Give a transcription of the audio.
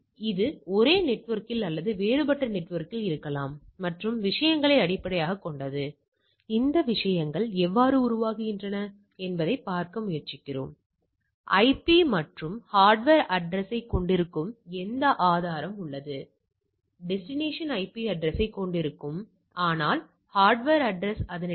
எனவே 16 கட்டின்மை கூறுகள் 16 கட்டின்மை கூறுகள் இந்த வரிசையில் உள்ளது மற்றும் நாம் இருமுனை 95 ஐப் பார்க்கிறோம் என எடுத்துக் கொள்ளுங்கள் அது இந்த இடம் இருமுனை 95 இந்த இடம்